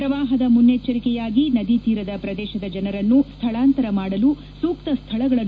ಪ್ರವಾಪದ ಮುನ್ನೆಚ್ಚರಿಕೆಯಾಗಿ ನದಿ ತೀರದ ಪ್ರದೇಶದ ಜನರನ್ನು ಸ್ಥಳಾಂತರ ಮಾಡಲು ಸೂಕ್ತ ಸ್ಥಳಗಳನ್ನು